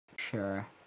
sure